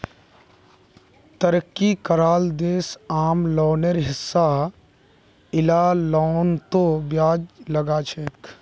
तरक्की कराल देश आम लोनेर हिसा इला लोनतों ब्याज लगाछेक